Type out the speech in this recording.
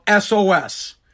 SOS